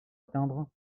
atteindre